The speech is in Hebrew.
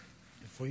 אם היא